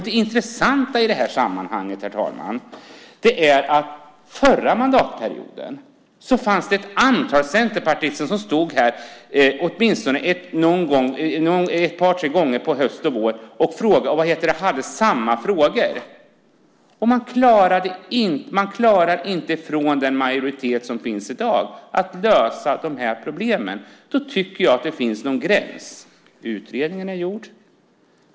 Det intressanta i det här sammanhanget, herr talman, är att under förra mandatperioden var det ett antal centerpartister som stod här, åtminstone ett par tre gånger under höst och vår, och tog upp samma frågor. Men den majoritet som finns i dag klarar inte att lösa de här problemen. Då tycker jag att det måste finnas någon gräns. Utredningen är gjord.